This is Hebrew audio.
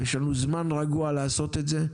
ויש לנו זמן רגוע לעשות את זה.